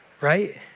Right